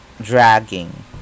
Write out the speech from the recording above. dragging